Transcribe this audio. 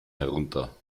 herunter